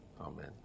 amen